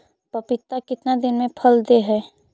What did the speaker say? पपीता कितना दिन मे फल दे हय?